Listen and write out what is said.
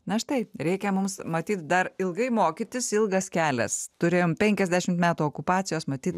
na štai reikia mums matyt dar ilgai mokytis ilgas kelias turėjom penkiasdešim metų okupacijos matyt